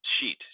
sheet